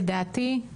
לדעתי,